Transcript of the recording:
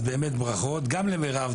ברכות גם למירב,